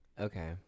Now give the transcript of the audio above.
okay